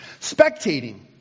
Spectating